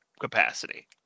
capacity